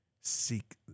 Seek